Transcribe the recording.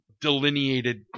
delineated